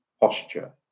posture